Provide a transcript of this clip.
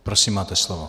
Prosím, máte slovo.